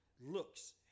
looks